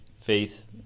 faith